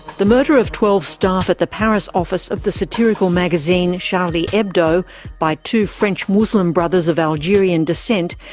the murder of twelve staff at the paris office of the satirical magazine charlie hebdo by two french muslim brothers of algerian descent,